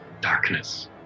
darkness